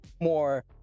more